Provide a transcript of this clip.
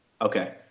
Okay